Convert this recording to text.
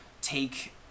take